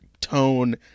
tone